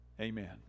Amen